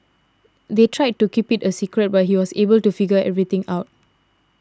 they tried to keep it a secret but he was able to figure everything out